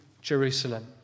Jerusalem